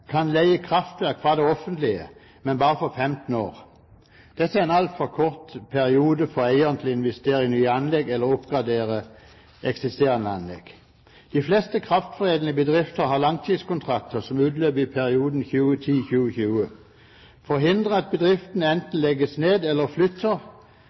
kan leie kraftverk fra det offentlige, men bare for 15 år. Dette er en altfor kort periode for eierne til å investere i nye anlegg eller oppgradere eksisterende anlegg. De fleste kraftforedlende bedrifter har langtidskontrakter som utløper i perioden 2010–2020. For å hindre at